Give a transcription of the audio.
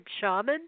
shaman